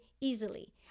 easily